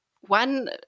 One